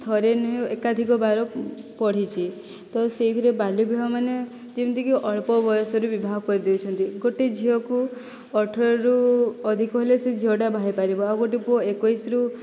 ଥରେ ନୁହେଁ ଏକାଧିକ ବାର ପଢ଼ିଛି ତ ସେହିଥିରେ ବାଲ୍ୟ ବିବାହ ମାନେ ଯେମିତିକି ଅଳ୍ପ ବୟସରେ ବିବାହ କରିଦେଉଛନ୍ତି ଗୋଟିଏ ଝିଅକୁ ଅଠରରୁ ଅଧିକ ହେଲେ ସେ ଝିଅଟା ବାହା ହୋଇପାରିବ ଆଉ ଗୋଟିଏ ପୁଅ ଏକୋଇଶରୁ